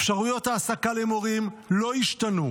אפשרויות העסקה למורים לא השתנו,